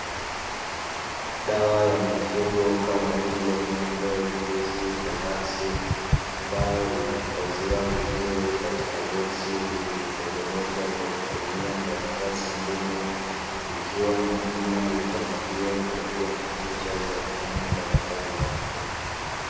Dawa ya mifugo, kama vile ng’ombe, mbuzi na farasi, ambayo imehifadhiwa vizuri katika boksi lililotengenezwa kwa kutumia karatasi ngumu; ikiwa na jina la dawa hiyo pamoja na picha za wanyama mbalimbali.